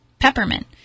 peppermint